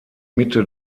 mitte